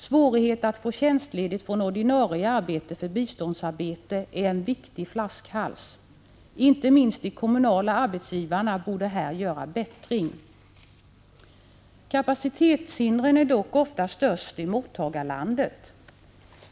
Svårigheter att få tjänstledigt från ordinarie arbete för biståndsarbete är en viktig flaskhals. Inte minst de kommunala arbetsgivarna borde här göra bättring. Kapacitetshindren är dock ofta störst i mottagarlandet.